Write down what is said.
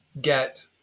get